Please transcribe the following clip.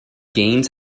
gaines